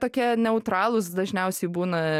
tokie neutralūs dažniausiai būna